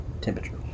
temperature